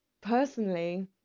Personally